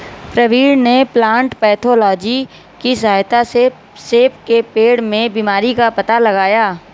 प्रवीण ने plant pathology की सहायता से सेब के पेड़ में बीमारी का पता लगाया